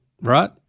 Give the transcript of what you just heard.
right